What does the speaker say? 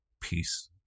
Peace